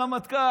הרמטכ"ל,